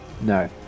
no